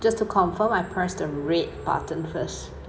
just to confirm I press the red button first